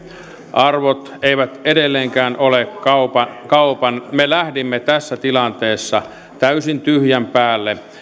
arvot eivät edelleenkään ole kaupan kaupan me lähdimme tässä tilanteessa täysin tyhjän päälle